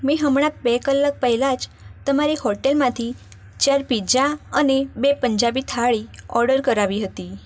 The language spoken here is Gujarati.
મેં હમણાં બે કલાક પહેલા જ તમારી હોટલમાંથી ચાર પીજ્જા અને બે પંજાબી થાળી ઓર્ડર કરાવી હતી